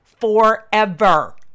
forever